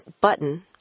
button